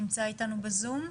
נמצא איתנו בזום?